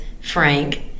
Frank